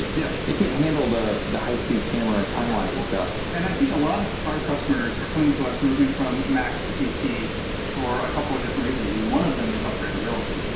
it yeah it can't handle the the high-speed camera timelines and stuff. and i think a lot of our customers are coming to us moving from mac to pc for a couple of different reasons and one of them is upgrade ability.